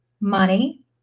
money